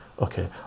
okay